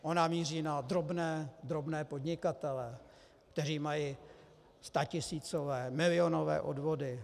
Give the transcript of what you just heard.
Ona míří na drobné podnikatele, kteří mají statisícové, milionové odvody.